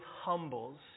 humbles